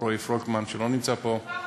רועי פולקמן, שלא נמצא פה, הוא כבר חוזר.